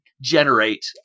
generate